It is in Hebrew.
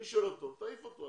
מי שלא טוב תעיף אותו,